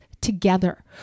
together